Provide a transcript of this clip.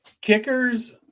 kickers